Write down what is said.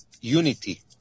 unity